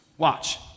Watch